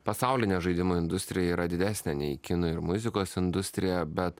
pasaulinė žaidimų industrija yra didesnė nei kino ir muzikos industrija bet